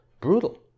brutal